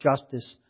justice